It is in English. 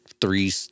three